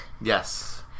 Yes